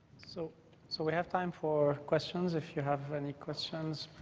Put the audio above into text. so so we have time for questions, if you have any questions.